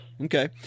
Okay